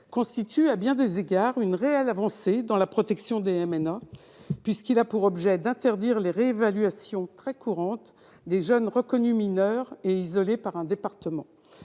constitue à bien des égards une réelle avancée dans la protection des MNA, puisqu'il a pour objet d'interdire les réévaluations très courantes des jeunes reconnus mineurs et isolés par un département.